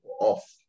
off